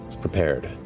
prepared